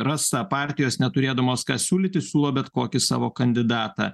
rasa partijos neturėdamos ką siūlyti siūlo bet kokį savo kandidatą